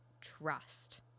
trust